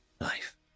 life